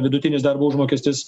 vidutinis darbo užmokestis